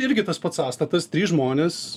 irgi tas pats sąstatas trys žmonės